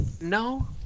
No